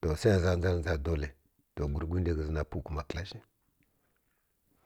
to sai nǝza ndzarǝ ndza dolaito gwurgwundi ghǝzǝ na pughǝ kuma kǝla zhi